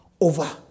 over